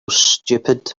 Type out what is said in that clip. stupid